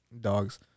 dogs